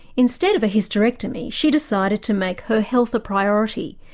instead of a hysterectomy she decided to make her health a priority,